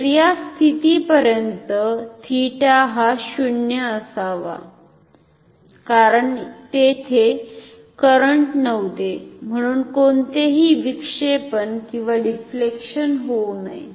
तर या स्थितीपर्यंत 𝜃 हा 0 असावा कारण तेथे करंट नव्हते म्हणून कोणतेही विक्षेपनडिफ्लेक्शन होऊ नये